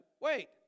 wait